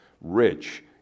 rich